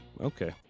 Okay